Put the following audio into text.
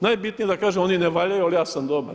Najbitnije je da kažemo oni ne valjaju ali ja sam dobar.